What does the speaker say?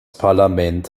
parlament